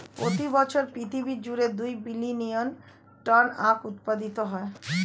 প্রতি বছর পৃথিবী জুড়ে দুই বিলিয়ন টন আখ উৎপাদিত হয়